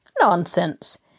Nonsense